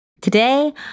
Today